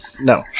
no